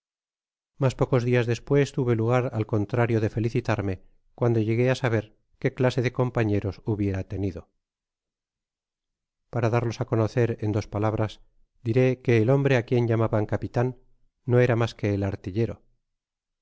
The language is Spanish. mas pocos dias despues tuve lugar al contrario de felicitarme cuando llegué a saber qué clase de compañeros hubiera tenido para darlos á conocer en dos palabras diré que el hombre á quien llamaban capitan no era mas que el artillero